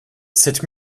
cette